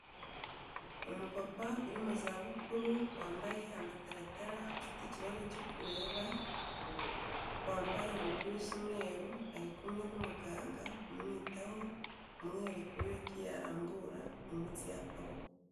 Umupapa uri mu zabukuru wambaye amataratara, ufite ikibazo cyo kureba, wambaye umupira usa umweru, ari kumwe n'umuganga umwitaho, umwereka uburyo ki yarambura imitsi y'akaboko.